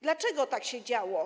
Dlaczego tak się działo?